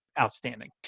outstanding